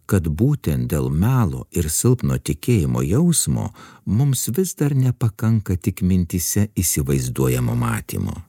kad būtent dėl melo ir silpno tikėjimo jausmo mums vis dar nepakanka tik mintyse įsivaizduojamo matymo